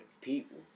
people